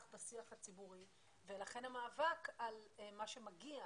בשיח הציבורי ולכן המאבק על מה שמגיע,